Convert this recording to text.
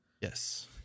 yes